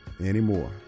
anymore